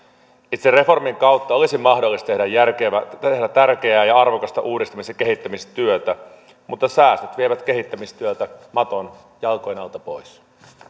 itse reformin kautta olisi mahdollista tehdä tärkeää ja arvokasta uudistamis ja kehittämistyötä mutta säästöt vievät kehittämistyöltä maton jalkojen alta pois